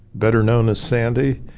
better known as sandy.